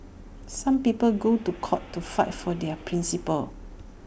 some people go to court to fight for their principles